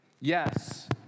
Yes